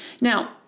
Now